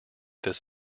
this